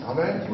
Amen